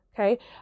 Okay